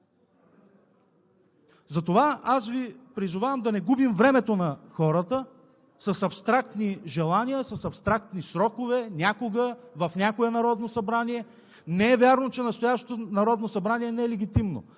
Затова аз Ви призовавам да не губим времето на хората с абстрактни желания, с абстрактни срокове – някога в някое Народно събрание. Не е вярно, че настоящето Народно събрание не е легитимно.